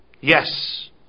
yes